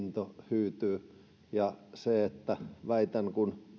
hyytyy ja väitän että kun